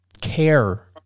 care